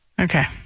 Okay